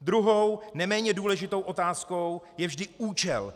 Druhou, neméně důležitou otázkou je vždy účel.